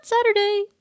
Saturday